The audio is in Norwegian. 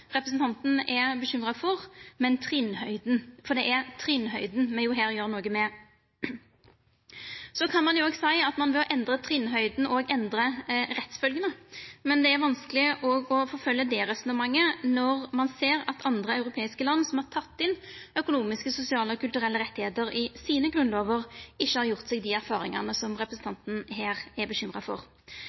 representanten er bekymra for, men trinnhøgda, for det er trinnhøgda me her gjer noko med. Så kan ein seia at når ein endrar trinnhøgda, så endrar ein òg rettsfølgjene, men det er vanskeleg å følgja det resonnementet når ein ser at andre europeiske land som har teke inn økonomiske, sosiale og kulturelle rettar i grunnlovene sine, ikkje har gjort seg dei erfaringane som representanten her er bekymra for.